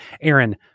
Aaron